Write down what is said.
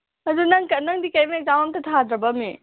ꯑꯗꯨ ꯅꯪ ꯅꯪꯗꯤ ꯀꯦꯝ ꯑꯦꯛꯖꯥꯝ ꯑꯃꯠꯇ ꯊꯥꯗ꯭ꯔꯕꯃꯤ